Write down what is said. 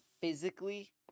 physically